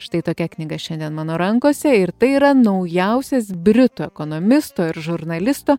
štai tokia knyga šiandien mano rankose ir tai yra naujausias britų ekonomisto ir žurnalisto